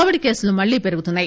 Covid కేసులు మళ్లీ పెరుగుతున్నాయి